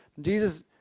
Jesus